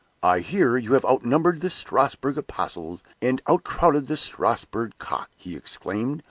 i hear you have outnumbered the strasbourg apostles, and outcrowed the strasbourg cock, he exclaimed,